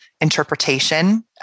interpretation